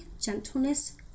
gentleness